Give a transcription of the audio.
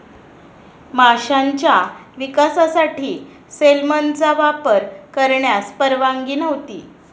माशांच्या विकासासाठी सेलमनचा वापर करण्यास परवानगी नव्हती